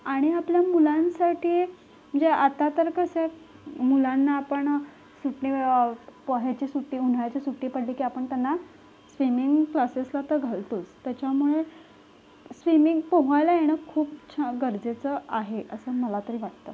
आणि आपल्या मुलांसाटी म्हणजे आता तर कसं मुलांना आपण सुट्टी पोहायची सुट्टी उन्हाळ्याची सुट्टी पडली की आपण त्यांना स्विमिंग क्लासेसला तर घालतोच त्याच्यामुळे स्विमिंग पोहायला येणं खूप छा गरजेचं आहे असं मला तरी वाटतं